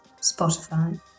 Spotify